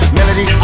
Melody